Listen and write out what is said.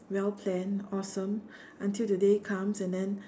well planned awesome until the day comes and then